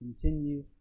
continue